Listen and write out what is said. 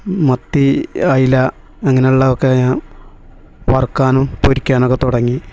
മത്തി അയില അങ്ങനെയുള്ളത് ഒക്കെ ഞാൻ വറുക്കാനും പൊരിക്കാനും ഒക്കെ തുടങ്ങി